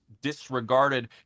disregarded